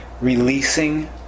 releasing